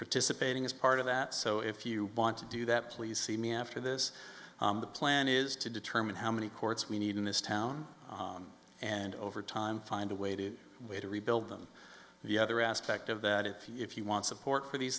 participating is part of that so if you want to do that please see me after this the plan is to determine how many courts we need in this town and over time find a way to way to rebuild them the other aspect of that if you want support for these